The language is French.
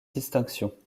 distinction